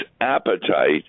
appetite